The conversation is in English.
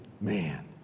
man